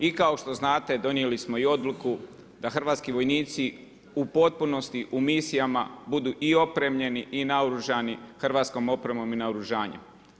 I kao što znate donijeli smo i odluku da hrvatski vojnici u potpunosti u misijama budu i opremljeni i naoružani hrvatskom opremom i naoružanjem.